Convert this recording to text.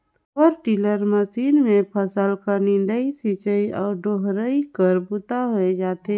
power tiller machine मे फसल के निंदई, सिंचई अउ डोहरी कर बूता होए जाथे